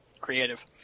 Creative